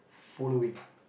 following